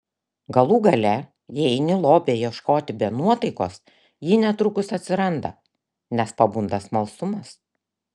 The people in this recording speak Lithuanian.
galų gale jei eini lobio ieškoti be nuotaikos ji netrukus atsiranda nes pabunda smalsumas